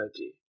idea